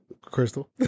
Crystal